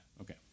Okay